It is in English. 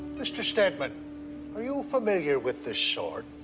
mr. steadman, are you familiar with this sword?